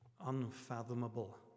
unfathomable